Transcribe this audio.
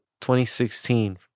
2016